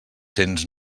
cents